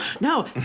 no